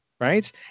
Right